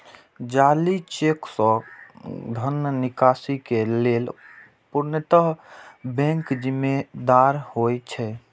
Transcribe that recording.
जाली चेक सं धन निकासी के लेल पूर्णतः बैंक जिम्मेदार होइ छै